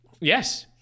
Yes